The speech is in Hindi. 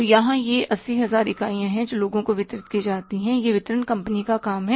तो यहाँ यह 80000 इकाइयाँ हैं जो लोगों को वितरित की जाती हैं यह वितरण कंपनी का काम है